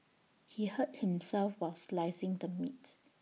he hurt himself while slicing the meat